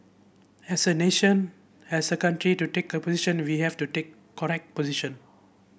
as a nation as a country to take a position we have to take correct position